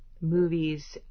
movies